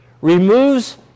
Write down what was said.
removes